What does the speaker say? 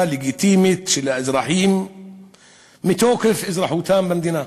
לגיטימית של האזרחים מתוקף אזרחותם במדינה.